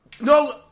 No